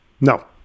No